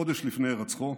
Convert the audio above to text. חודש לפני הירצחו,